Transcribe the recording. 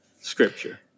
scripture